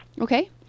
Okay